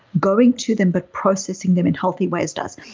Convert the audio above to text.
going to them but processing them in healthy ways does,